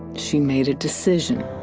she made a decision.